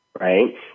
right